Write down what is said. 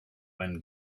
when